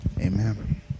amen